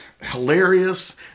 hilarious